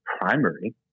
primary